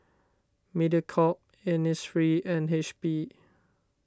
Mediacorp Innisfree and H P